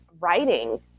writing